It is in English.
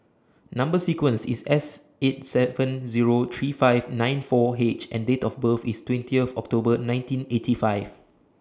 Number sequence IS S eight seven Zero three five nine four H and Date of birth IS twentieth October nineteen eighty five